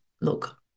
look